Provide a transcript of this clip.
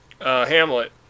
Hamlet